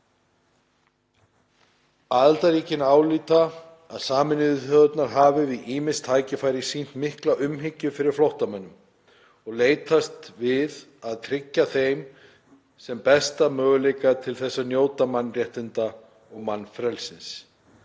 Aðildarríkin álíta að Sameinuðu þjóðirnar hafi við ýmis tækifæri sýnt mikla umhyggju fyrir flóttamönnum og leitast við að tryggja þeim sem besta möguleika til þess að njóta mannréttinda og mannfrelsis.